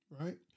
right